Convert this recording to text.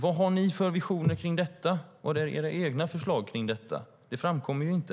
Vad har ni för visioner kring detta? Vilka är era egna förslag för det? Det framgår inte.